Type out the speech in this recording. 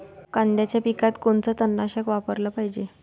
कांद्याच्या पिकात कोनचं तननाशक वापराले पायजे?